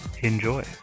Enjoy